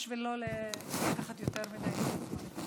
בשביל לא לקחת יותר מדי זמן.